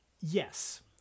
Yes